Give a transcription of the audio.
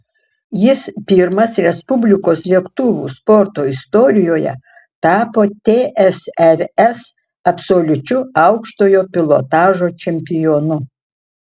jis pirmas respublikos lėktuvų sporto istorijoje tapo tsrs absoliučiu aukštojo pilotažo čempionu